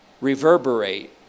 reverberate